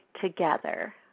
together